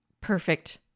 perfect